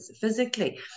physically